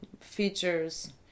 features